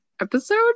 episode